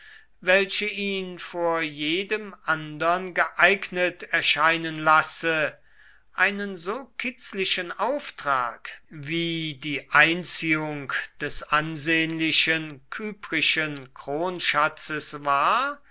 welche ihn vor jedem andern geeignet erscheinen lasse einen so kitzlichen auftrag wie die einziehung des ansehnlichen kyprischen kronschatzes war